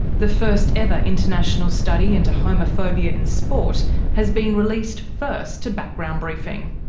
the first ever international study into homophobia in sport has been released first to background briefing.